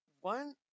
One –